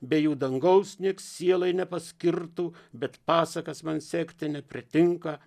be jų dangaus nieks sielai nepaskirtų bet pasakas man sekti nepritinka